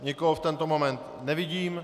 Nikoho v tento moment nevidím.